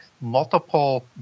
multiple